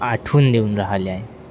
आठवून देऊन राह्यल्या आहे